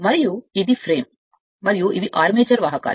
మరియు ఇది ఫ్రేమ్ మరియు ఇవిఆర్మేచర్ వాహకాలు